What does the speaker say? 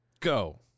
Go